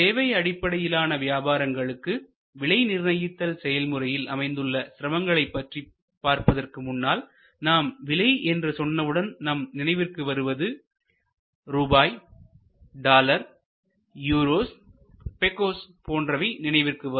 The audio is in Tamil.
சேவை அடிப்படையிலான வியாபாரங்களுக்கு விலை நிர்ணயித்தல் செயல்முறையில் அமைந்துள்ள சிரமங்களைப் பற்றி பார்ப்பதற்கு முன்னால் நாம் விலை என்று சொன்னவுடன் நம் நினைவிற்கு வருவது ரூபாய் டாலர் யூரோஸ் பெகோஸ் போன்றவை நினைவிற்கு வரும்